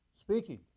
speaking